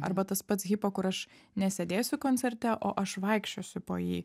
arba tas pats hipo kur aš nesėdėsiu koncerte o aš vaikščiosiu po jį